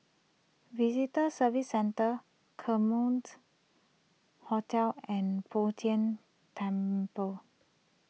Visitor Services Centre Hotel and Bo Tien Temple